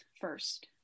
first